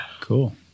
Cool